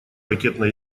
ракетно